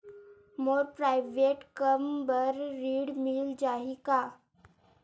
मोर private कम बर ऋण मिल जाही का?